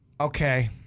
Okay